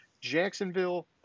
Jacksonville